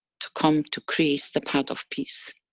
to come to create the path of peace.